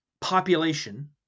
population